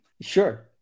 Sure